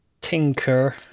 tinker